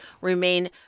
remain